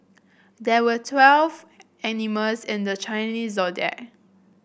there were twelve animals in the Chinese Zodiac